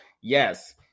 Yes